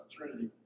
Trinity